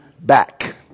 Back